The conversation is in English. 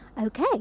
Okay